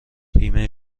بیمه